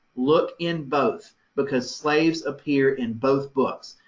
look in both, because slaves appear in both books.